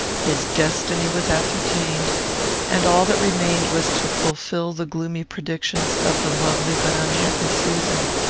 his destiny was ascertained and all that remained was to fulfil the gloomy predictions of the lovely but unhappy susan.